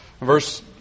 Verse